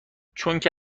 چونکه